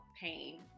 pain